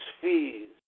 fees